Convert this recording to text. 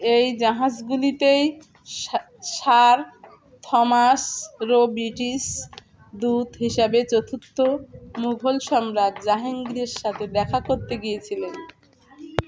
এই জাহাজগুলিতেই সার থমাসের ব্রিটিশ দূত হিসাবে চতুর্থ মুঘল সম্রাট জাহাঙ্গীরের সাথে দেখা করতে গিয়েছিলেন